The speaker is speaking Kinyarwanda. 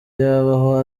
yabaho